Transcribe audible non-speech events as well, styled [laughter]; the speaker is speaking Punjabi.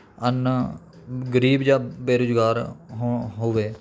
[unintelligible] ਗਰੀਬ ਜਾਂ ਬੇਰੁਜ਼ਗਾਰ [unintelligible] ਹੋਵੇ